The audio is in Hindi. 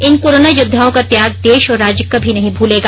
इन कोरोना योद्दाओं का त्याग देश और राज्य कभी नहीं भूलेगा